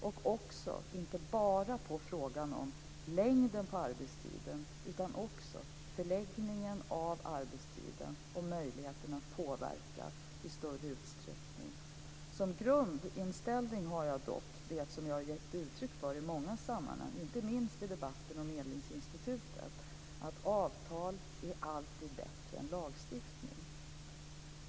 Dessutom gäller det inte bara längden på arbetstiden utan också förläggningen av arbetstiden och möjligheterna att i större utsträckning påverka. Min grundinställning är dock, som jag i många sammanhang gett uttryck för, inte minst i debatten om Medlingsinstitutet: Avtal är alltid bättre än lagstiftning.